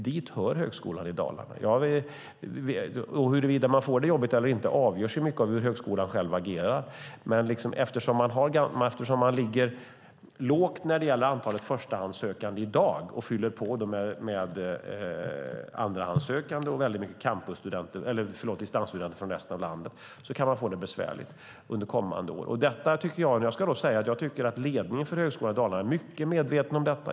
Dit hör Högskolan Dalarna, och huruvida man får det jobbigt eller inte avgörs mycket av hur högskolan själv agerar. Eftersom man ligger lågt när det gäller antalet förstahandssökande i dag och fyller på med andrahandssökande och väldigt många distansstudenter från resten av landet kan man få det besvärligt under kommande år. Jag tror att ledningen för Högskolan Dalarna är mycket medveten om detta.